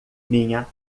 minha